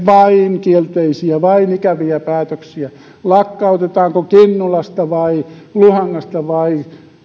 vain kielteisiä vain ikäviä päätöksiä lakkautetaanko kinnulasta vai luhangasta vai